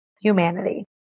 humanity